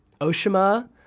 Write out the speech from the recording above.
Oshima